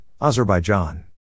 Azerbaijan